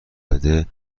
بده